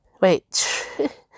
Wait